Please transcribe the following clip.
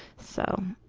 so,